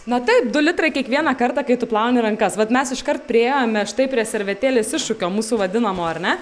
na taip du litrai kiekvieną kartą kai tu plauni rankas vat mes iškart priėjome štai prie servetėlės iššūkio mūsų vadinamo ar ne